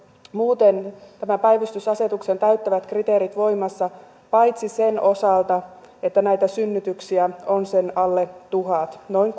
muuten tämän päivystysasetuksen täyttävät kriteerit voimassa paitsi sen osalta että näitä synnytyksiä on alle sen tuhat noin